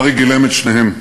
אריק גילם את שניהם: